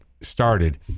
Started